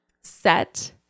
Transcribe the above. set